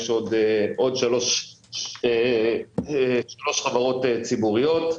יש עוד שלוש חברות ציבוריות,